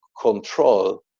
control